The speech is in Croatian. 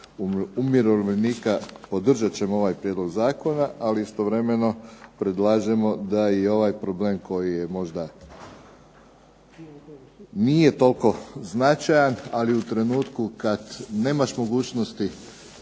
i HSU-a podržat ćemo ovaj prijedlog zakona. Ali istovremeno predlažemo da i ovaj problem koji možda nije toliko značajan, ali u trenutku kad nemaš mogućnosti